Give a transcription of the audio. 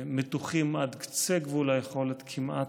מתוחים עד קצה גבול היכולת כמעט,